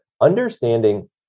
understanding